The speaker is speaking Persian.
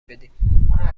بدیم